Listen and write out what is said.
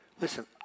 Listen